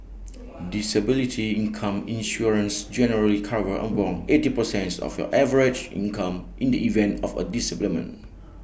disability income insurance generally covers eighty percents of your average income in the event of A disablement